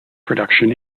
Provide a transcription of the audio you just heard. production